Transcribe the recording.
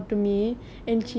mmhmm